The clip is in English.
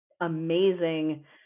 amazing